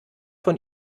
von